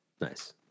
nice